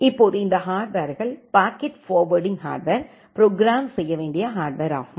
இப்போது இந்த ஹார்ட்வர்கள் பாக்கெட் ஃபார்வேர்ட்டிங் ஹார்ட்வர் ப்ரோக்ராம் செய்ய வேண்டிய ஹார்ட்வர் ஆகும்